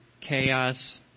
Chaos